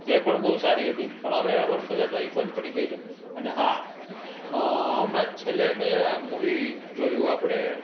એ પણ બહુ સારી હતી પણ હવે વર્ષો જતા એ બંધ પડી ગઈ છે અને હા હમણાં જ છેલ્લે મેં મૂવી જોયું આપણે